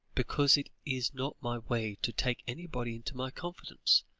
because it is not my way to take anybody into my confidence.